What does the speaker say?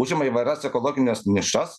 užima įvairias ekologines nišas